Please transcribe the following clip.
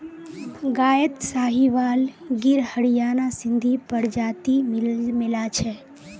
गायत साहीवाल गिर हरियाणा सिंधी प्रजाति मिला छ